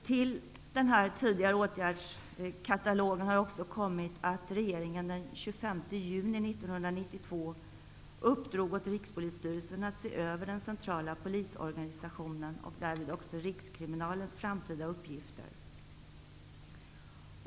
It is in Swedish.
Till den tidigare åtgärdskatalogen har också kommit att regeringen den 25 juni 1992 uppdrog åt Rikspolisstyrelsen att se över den centrala polisorganisationen och därmed också rikskriminalens framtida uppgifter.